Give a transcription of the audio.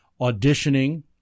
auditioning